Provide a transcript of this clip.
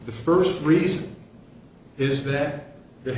the first reason is that the